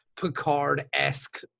Picard-esque